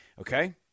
Okay